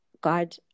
God